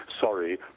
sorry